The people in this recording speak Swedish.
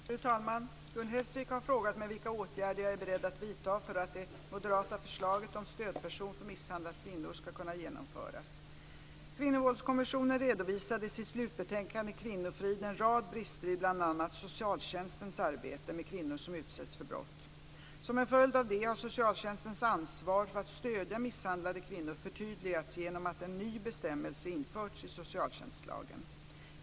Fru talman! Gun Hellsvik har frågat mig vilka åtgärder jag är beredd att vidta för att det moderata förslaget om stödperson för misshandlade kvinnor ska kunna genomföras. Kvinnovåldskommissionen redovisade i sitt slutbetänkande Kvinnofrid en rad brister i bl.a. socialtjänstens arbete med kvinnor som utsätts för brott. Som en följd av det har socialtjänstens ansvar för att stödja misshandlade kvinnor förtydligats genom att en ny bestämmelse införts i Socialtjänstlagen .